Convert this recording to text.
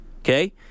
Okay